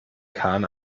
kahn